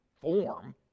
form